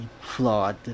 flawed